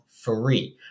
free